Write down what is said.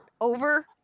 over